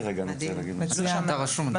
2023/2024 ומאוד מקווים שיעלה בידנו.